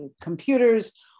computers